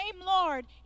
lord